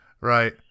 Right